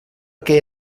què